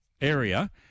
area